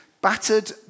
battered